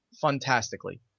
fantastically